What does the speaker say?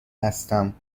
هستم